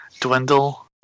dwindle